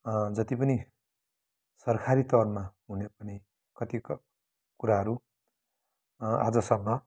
जति पनि सरकारीतौरमा हुनु पर्ने कति क कुराहरू आजसम्म